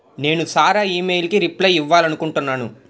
నేను సారా ఇమెయిల్కి రిప్లై ఇవ్వాలనుకుంటున్నాను